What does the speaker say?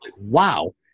Wow